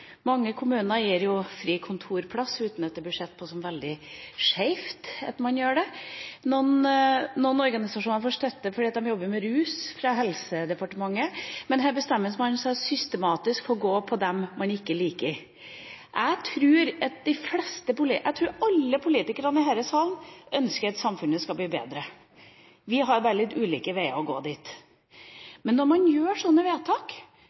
Mange kommuner gir fri kontorplass uten at det blir sett på som veldig skeivt at man gjør det, noen organisasjoner får støtte fra Helsedepartementet fordi de jobber med rus. Men her bestemmer man seg systematisk for å gå på dem man ikke liker. Jeg tror alle politikere i denne sal ønsker at samfunnet skal bli bedre – vi har bare litt ulike veier å gå dit. Men når man gjør sånne vedtak,